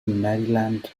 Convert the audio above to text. maryland